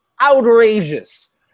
outrageous